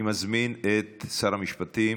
אני מזמין את שר המשפטים